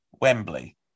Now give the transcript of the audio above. Wembley